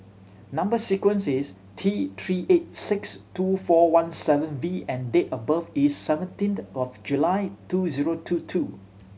number sequence is T Three eight six two four one seven V and date of birth is seventeenth of July two zero two two